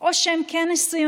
או שהם כן נשואים,